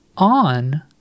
on